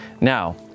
Now